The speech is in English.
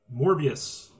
Morbius